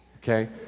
okay